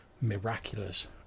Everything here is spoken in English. miraculous